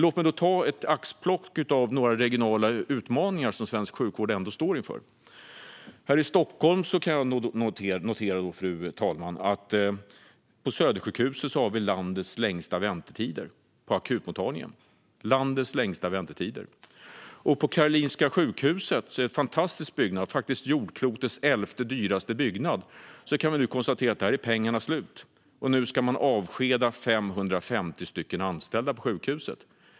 Låt mig då ta ett axplock av några regionala utmaningar som svensk sjukvård ändå står inför. Här i Stockholm kan jag notera, fru talman, att Södersjukhusets akutmottagning har landets längsta väntetider. Och på Karolinska sjukhuset, en fantastisk byggnad och faktiskt jordklotets elfte dyraste byggnad, kan vi nu konstatera att pengarna är slut. Nu ska man avskeda 550 anställda på sjukhuset.